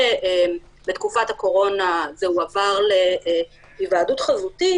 ובתקופת הקורונה זה הועבר להיוועדות חזותית.